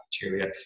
bacteria